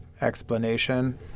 explanation